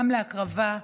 גם בהקרבה,